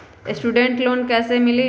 Student loan कैसे मिली?